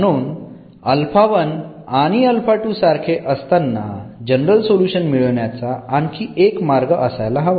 म्हणून आणि सारखे असतांना जनरल सोल्युशन मिळविण्याचा आणखी एक मार्ग असायला हवा